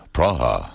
Praha